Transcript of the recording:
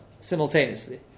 simultaneously